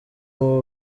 w’u